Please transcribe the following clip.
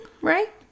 right